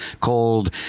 called